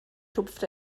tupft